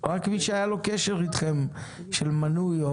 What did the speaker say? מי שהיה לו קשר אתכם של מנוי,